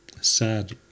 sad